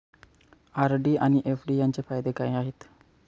RD आणि FD यांचे फायदे काय आहेत?